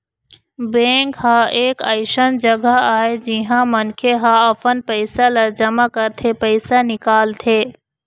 bank ह एक अइसन जघा आय जिहाँ मनखे ह अपन पइसा ल जमा करथे, पइसा निकालथे